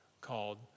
called